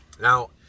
Now